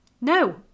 No